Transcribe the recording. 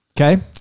Okay